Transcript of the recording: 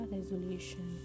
Resolution